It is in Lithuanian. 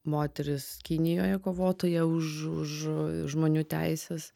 moteris kinijoj kovotoja už už žmonių teises